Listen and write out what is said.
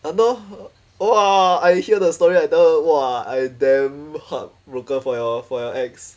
!hannor! !wah! I hear the story I tell her !wah! I damn heartbrokened for your for your ex